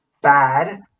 bad